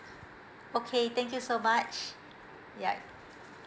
okay thank you so much yeah